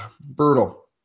brutal